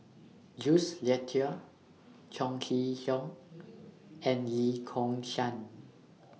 Jules Itier Chong Kee Hiong and Lee Kong Chian